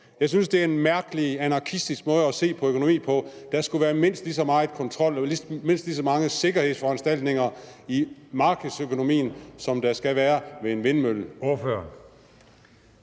Jeg synes, det er en mærkelig anarkistisk måde at se på økonomi på. Der skulle mindst lige så meget kontrol, mindst lige så mange sikkerhedsforanstaltninger i markedsøkonomien, som der skal være ved en vindmølle.